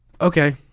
okay